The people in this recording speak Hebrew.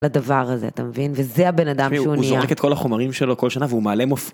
לדבר הזה, אתה מבין? וזה הבן אדם שהוא נהיה. תשמעו, הוא זורק את כל החומרים שלו כל שנה והוא מעלה מופעים.